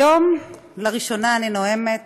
היום לראשונה אני נואמת